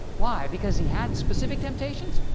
why? because he had specific temptations?